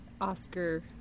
Oscar